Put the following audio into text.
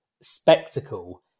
spectacle